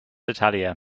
italia